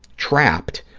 trapped,